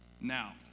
Now